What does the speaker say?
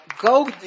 go